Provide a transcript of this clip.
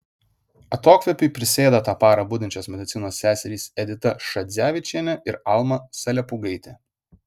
atokvėpiui prisėda tą parą budinčios medicinos seserys edita šadzevičienė ir alma zalepūgaitė